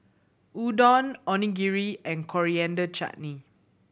Udon Onigiri and Coriander Chutney